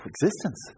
existence